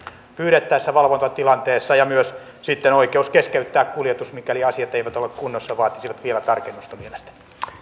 pyydettäessä valvontatilanteessa ja myös oikeus keskeyttää kuljetus mikäli asiat eivät ole kunnossa vaatisivat vielä